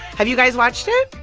have you guys watched it?